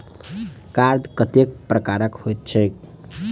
Card कतेक प्रकारक होइत छैक?